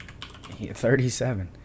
37